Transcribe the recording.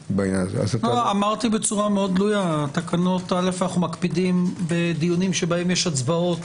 אמרתי בצורה גלויה, בדיונים שבהם יש הצבעות